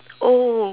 oh